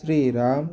Shriram